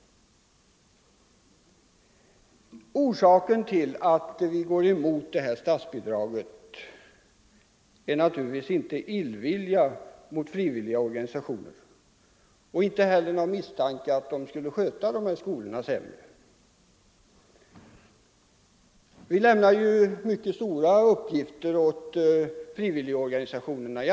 Orsaken till att vi går emot förslaget om statsbidrag är naturligtvis inte illvilja mot frivilliga organisationer och inte heller misstankar om att frivilligorganisationerna skulle sköta skolorna sämre. Vi lämnar ju i andra sammanhang mycket stora uppgifter till frivilligorganisationerna.